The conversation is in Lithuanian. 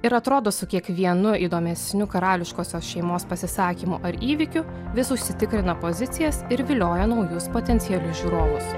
ir atrodo su kiekvienu įdomesniu karališkosios šeimos pasisakymu ar įvykiu vis užsitikrina pozicijas ir vilioja naujus potencialius žiūrovus